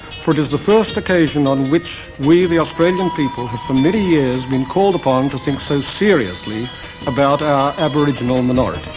for it is the first occasion on which we the australian people have for many years been called upon to think so seriously about our aboriginal minority.